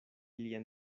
lian